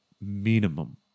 minimum